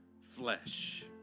flesh